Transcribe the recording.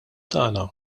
tagħna